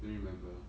do you remember